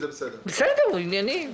הוא ענייני.